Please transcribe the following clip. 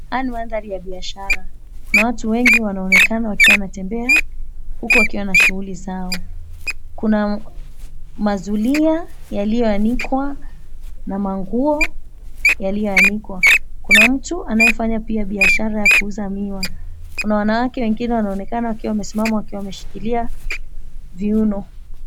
𝐻𝑎ya ni mandhari ya biashara. Kuna watu wengi wanaonekana wakiwa wanatembea huku wakiwa na shughuli zao. Kuna mazulia yaliyoanikwa na manguo yaliyoanikwa. Kuna mtu anayefanya pia biashara ya kuuza miwa. Kuna wanawake wengine wanaonekana wakiwa wamesimama wakiwa wameshikilia viuno.